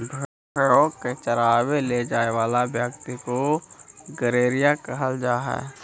भेंड़ों को चरावे ले जाए वाला व्यक्ति को गड़ेरिया कहल जा हई